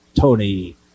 Tony